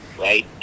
right